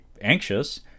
anxious